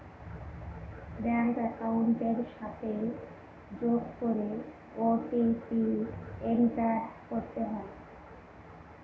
bank একাউন্টের সাথে যোগ করে ও.টি.পি এন্টার করতে হয়